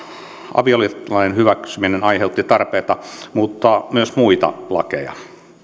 avioliittolain hyväksyminen aiheutti tarpeita muuttaa myös muita lakeja eduskunta